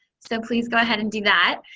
so please go ahead and do that.